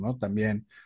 también